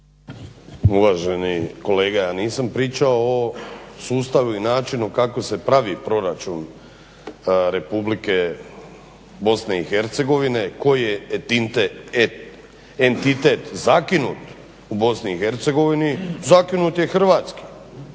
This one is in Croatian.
Uvaženi kolega, ja nisam pričao o sustavu i načinu kako se pravi proračun Republike BiH, koji je entitet zakinut u BiH, zakinut je hrvatski